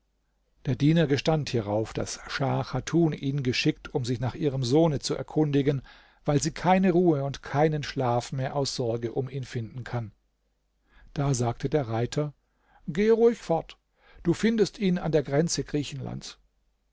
der diener gestand hierauf daß schah chatun ihn geschickt um sich nach ihrem sohne zu erkundigen weil sie keine ruhe und keinen schlaf mehr aus sorge um ihn finden kann da sagte der reiter gehe ruhig fort du findest ihn an der grenze griechenlands